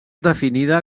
definida